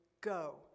go